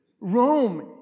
Rome